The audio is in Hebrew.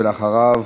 ואחריו,